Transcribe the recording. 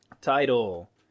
Title